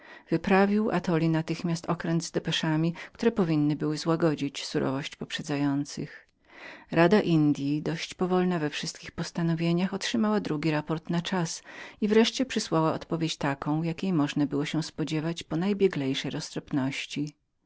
wyprawił atoli natychmiast drugi okręt z depeszami które powinny były złagodzić surowość poprzedzających rada madrycka dość powolna we wszystkich postanowieniach miała czas otrzymać drugi raport nareszcie przysłała odpowiedź taką jakiej można było się spodziewaćspodziewać się po najbieglejszej